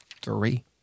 Three